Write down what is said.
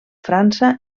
frança